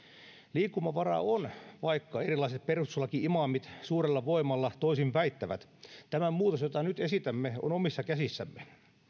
liikkumavaraa on vaikka erilaiset perustuslaki imaamit suurella voimalla toisin väittävät tämä muutos jota nyt esitämme on omissa käsissämme